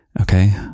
Okay